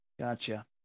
Gotcha